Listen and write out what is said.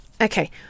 Okay